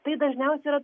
tai dažniausiai yra